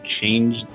change